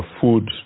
food